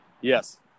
Yes